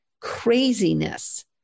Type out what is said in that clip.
craziness